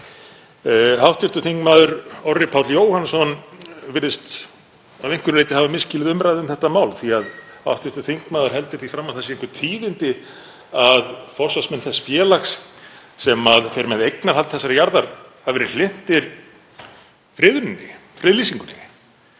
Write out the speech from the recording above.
Hv. þm. Orri Páll Jóhannsson virðist að einhverju leyti hafa misskilið umræðu um þetta mál því að hv. þingmaður heldur því fram að það séu einhver tíðindi að forsvarsmenn þess félags sem fer með eignarhald þessarar jarðar hafi verið hlynntir friðuninni, friðlýsingunni.